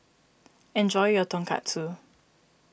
enjoy your Tonkatsu